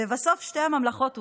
לבסוף שתי הממלכות הובסו,